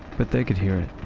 but they could hear